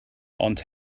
ond